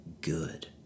good